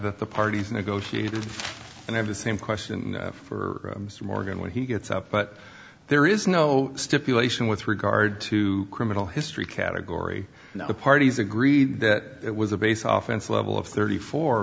that the parties negotiated and have the same question for morgan when he gets up but there is no stipulation with regard to criminal history category the parties agreed that it was a base off and slow bill of thirty four